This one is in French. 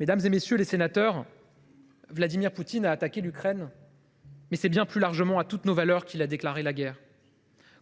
Mesdames, messieurs les sénateurs, Vladimir Poutine a attaqué l’Ukraine, mais, bien plus largement, c’est à toutes nos valeurs qu’il a déclaré la guerre.